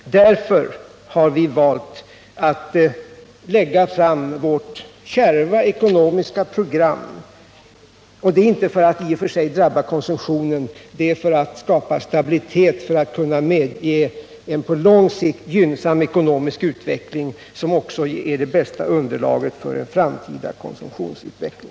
Därför har vi valt att lägga fram ett kärvt ekonomiskt program — inte för att i och för sig slå mot konsumtionen utan för att skapa stabilitet som kan åstadkomma en på lång sikt gynnsam ekonomisk utveckling, som också är det bästa underlaget för en framtida konsumtionsutveckling.